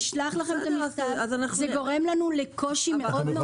זה גורם לנו לקושי גדול.